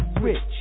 rich